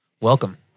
Welcome